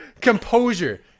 composure